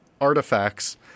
artifacts